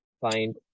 find